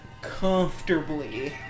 Comfortably